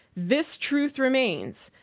this truth remains.